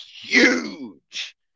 huge